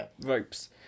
ropes